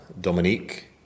Dominique